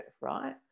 right